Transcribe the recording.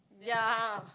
ya